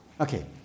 Okay